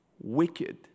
Wicked